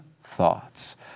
thoughts